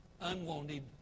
unwanted